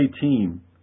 team